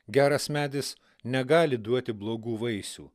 geras medis negali duoti blogų vaisių